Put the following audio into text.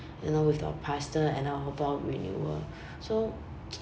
you know with our pastor and our vow renewal so